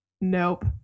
nope